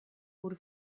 wurde